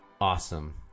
awesome